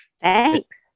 Thanks